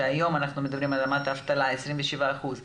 היום אנחנו מדברים על רמת אבטלה של 27% --- לא,